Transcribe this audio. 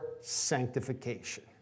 sanctification